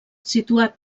situat